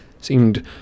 seemed